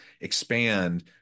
expand